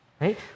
right